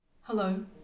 Hello